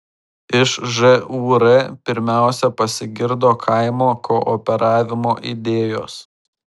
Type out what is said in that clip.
iš žūr pirmiausia pasigirdo kaimo kooperavimo idėjos